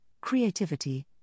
creativity